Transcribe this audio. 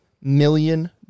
million